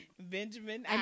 Benjamin